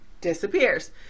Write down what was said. disappears